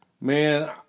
Man